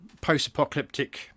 post-apocalyptic